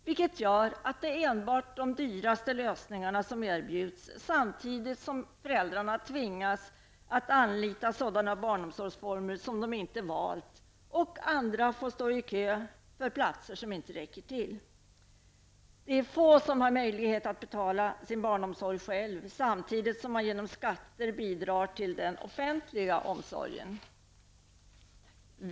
Detta gör att det enbart är de dyraste lösningarna som erbjuds, samtidigt som föräldrarna tvingas att anlita sådana barnomsorgsformer som de inte valt, och andra får står i kö för platser som inte räcker till. Det är få som har möjlighet att själva betala sin barnomsorg, samtidigt som de genom skatten bidrar till den offentliga omsorgen.